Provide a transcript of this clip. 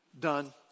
Done